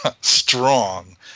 strong